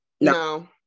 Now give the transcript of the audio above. No